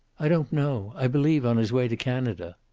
i don't know. i believe on his way to canada.